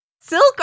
Silk